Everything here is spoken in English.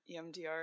EMDR